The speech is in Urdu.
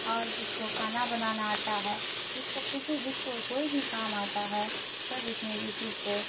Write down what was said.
اور جس کو کھانا بنانا آتا ہے جس کو کسی جس کو کوئی بھی کام آتا ہے سب اس میں یوٹیوب پہ